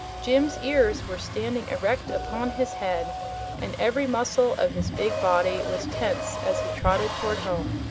jim's ears were standing erect upon his head and every muscle of his big body was tense as he trotted toward home.